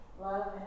love